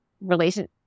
relation